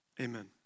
Amen